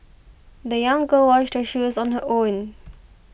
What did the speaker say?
the young girl washed her shoes on her own